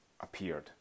appeared